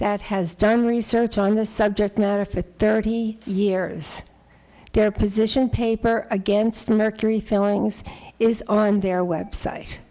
that has done research on the subject matter for thirty years their position paper against mercury fillings is on their website